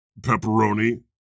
pepperoni